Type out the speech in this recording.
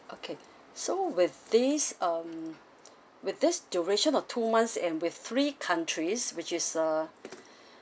okay so with this um with this duration of two months and with three countries which is uh